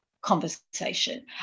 conversation